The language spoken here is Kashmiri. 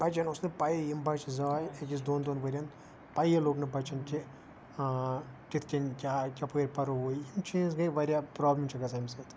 بَچَن اوس نہٕ پَیی یِم بَچہِ زاے أکِس دۄن دۄن ؤریَن پَیی لوٚگ نہٕ بَچَن کہِ کِتھ کنۍ کیاہ کَپٲرۍ پَرو وۄنۍ یِم چیٖز گٔے واریاہ پرابلم چھِ گَژھان امہِ سۭتۍ